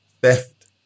theft